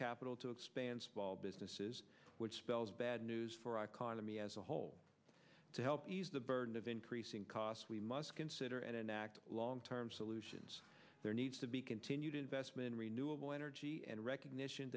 capital to expand small businesses which spells bad news for our economy as a whole to help ease the burden of increasing costs we must consider and enact a long term solutions there needs to be continued investment renewable energy and recognition